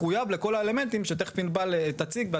מחויב לכל האלמנטים שתיכף ענבל תציג.